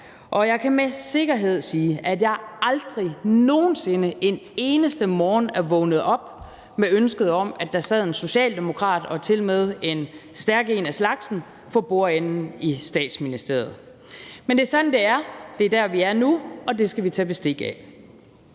og jeg kan med sikkerhed sige, at jeg aldrig nogen sinde, ikke en eneste morgen, er vågnet op med ønsket om, at der sad en socialdemokrat og tilmed en stærk en af slagsen for bordenden i Statsministeriet. Men det er sådan, det er; det er der, vi er nu, og det skal vi tage bestik af.